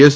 S